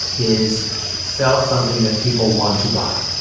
is sell something that people want to buy.